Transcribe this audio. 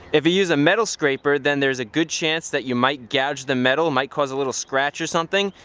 if you use a metal scraper, then there's a good chance that you might gouge the metal, might cause a little scratch or something,